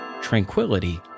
tranquility